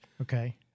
Okay